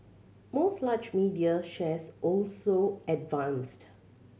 most large media shares also advanced